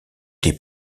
des